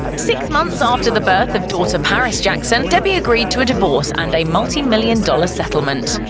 six months after the birth of daughter paris jackson, debbie agreed to a divorce and a multi-million dollar settlement.